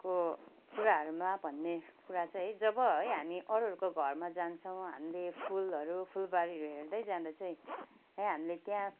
को कुराहरूमा भन्ने कुरा चाहिँ है जब है हामी अरूहरूको घरमा जान्छौँ हामीले फुलहरू फुलबारीहरू हेर्दै जाँदा चाहिँ है हामीले त्यहाँ